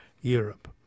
Europe